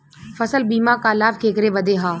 फसल बीमा क लाभ केकरे बदे ह?